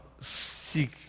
seek